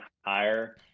higher